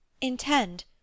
Intend